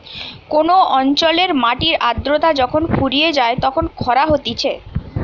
কোন অঞ্চলের মাটির আদ্রতা যখন ফুরিয়ে যায় তখন খরা হতিছে